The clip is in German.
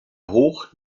hoch